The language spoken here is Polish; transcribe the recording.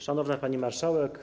Szanowna Pani Marszałek!